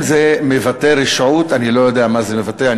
אם זה לא מבטא רשעות, אני לא יודע מה זה מבטא.